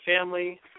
family